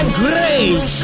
grace